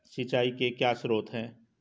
सिंचाई के क्या स्रोत हैं?